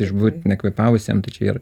išbūt nekvėpavusiam tai čia yr